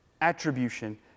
Attribution